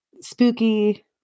spooky